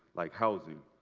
like housing,